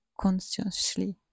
consciously